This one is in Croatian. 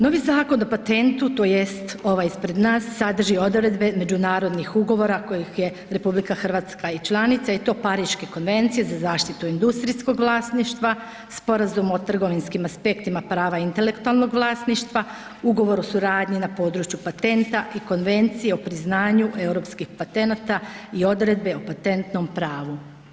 Novi Zakon o patentu, tj. ovaj ispred nas sadrži odredbe međunarodnih ugovora koji je RH i članica i to Pariške konvencije za zaštitu industrijskog vlasništva, Sporazum o trgovinskim aspektima prava intelektualnog vlasništva, Ugovor o suradnji na području patenta i Konvencije o priznanju europskih patenata i Odredbe o patentnom pravu.